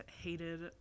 hated